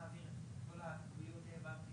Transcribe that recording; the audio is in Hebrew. להיפתר, כי כולם ברבנות.